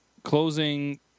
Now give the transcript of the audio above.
Closing